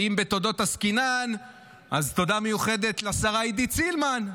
ואם בתודות עסקינן אז תודה מיוחדת לשרה עידית סילמן.